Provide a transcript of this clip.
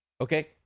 Okay